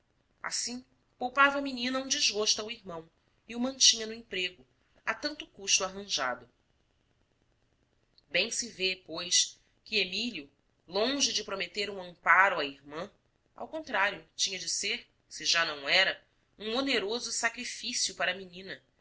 assim poupava a menina um desgosto ao irmão e o mantinha no emprego a tanto custo arranjado bem se vê pois que emílio longe de prometer um amparo à irmã ao contrário tinha de ser se já não era um oneroso sacrifício para a menina